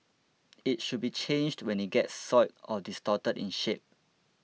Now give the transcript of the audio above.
it should be changed when it gets soiled or distorted in shape